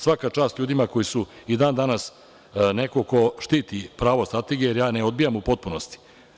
Svaka čast ljudima koji su i dan danas neko ko štiti pravo Strategije, jer ja je ne odbijam u potpunosti.